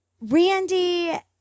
Randy